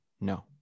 no